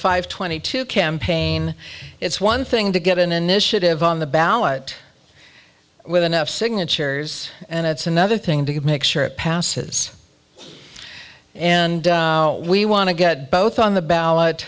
five twenty two campaign it's one thing to get an initiative on the ballot with enough signatures and it's another thing to make sure it passes and we want to get both on the ballot